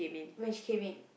when she came in